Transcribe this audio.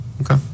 Okay